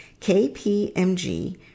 KPMG